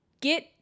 get